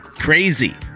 Crazy